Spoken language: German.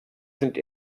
sind